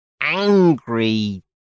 angry